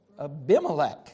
Abimelech